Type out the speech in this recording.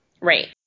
Right